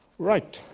right,